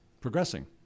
progressing